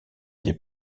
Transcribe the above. des